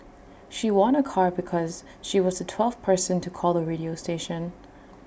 she won A car because she was the twelfth person to call the radio station